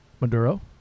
Maduro